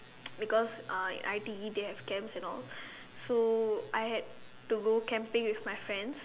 because uh in I_T_E they have camps and all so I had to go camping with my friends